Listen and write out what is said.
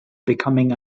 becoming